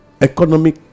economic